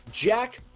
jack